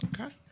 Okay